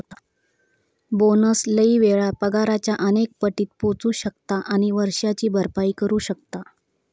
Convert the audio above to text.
bonus लय वेळा पगाराच्या अनेक पटीत पोचू शकता आणि वर्षाची भरपाई करू शकता